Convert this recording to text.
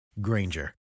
Granger